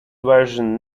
version